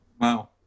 Wow